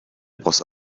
was